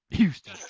Houston